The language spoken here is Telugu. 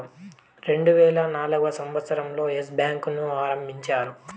రెండువేల నాల్గవ సంవచ్చరం లో ఎస్ బ్యాంకు ను ఆరంభించారు